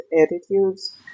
attitudes